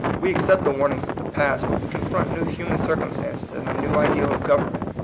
we accept the warnings of the past, but we confront new human circumstances and a new ideal of government.